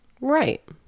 right